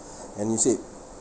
and you said